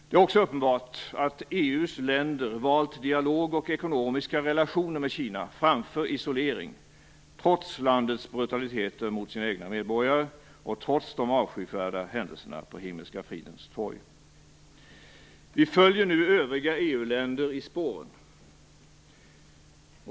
Det är också uppenbart att EU:s länder valt dialog och ekonomiska relationer med Kina framför isolering, trots landets brutaliteter mot sina egna medborgare och trots de avskyvärda händelserna på Himmelska fridens torg. Vi följer nu övriga EU-länder i spåren.